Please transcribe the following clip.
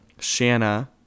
Shanna